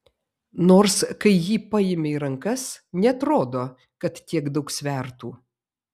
nors kai jį paimi į rankas neatrodo kad tiek daug svertų